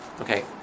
okay